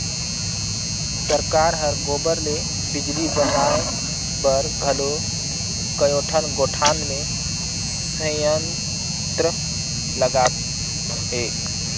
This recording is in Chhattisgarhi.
सरकार हर गोबर ले बिजली बनाए बर घलो कयोठन गोठान मे संयंत्र लगात हे